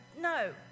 no